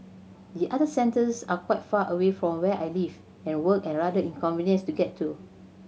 the other centres are quite far away from where I live and work and rather inconvenient to get to